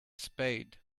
spade